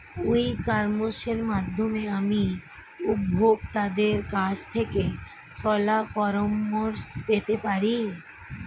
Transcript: ই কমার্সের মাধ্যমে আমি উপভোগতাদের কাছ থেকে শলাপরামর্শ পেতে পারি?